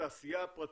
לתעשייה הפרטית,